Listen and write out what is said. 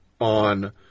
on